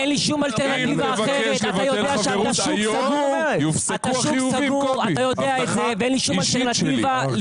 אתה יודע שאתה שוק סגור ואין לי שום אלטרנטיבה.